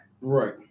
Right